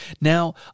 Now